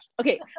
Okay